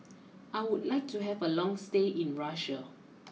I would like to have a long stay in Russia